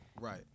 Right